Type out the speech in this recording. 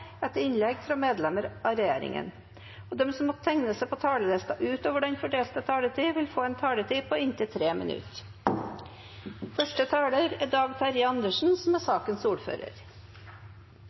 etter innlegg frå medlemer av regjeringa, og dei som måtte teikna seg på talarlista utover den fordelte taletida, får ei taletid på inntil 3 minutt. Som